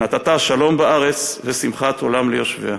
ונתת שלום בארץ ושמחת עולם ליושביה".